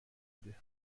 میده